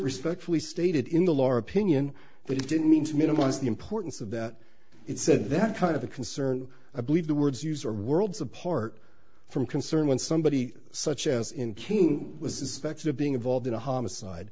respectfully stated in the law or opinion but he didn't mean to minimize the importance of that it said that kind of a concern i believe the words use are worlds apart from concern when somebody such as in king was suspected of being involved in a homicide